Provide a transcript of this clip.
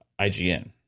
IGN